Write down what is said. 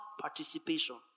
participation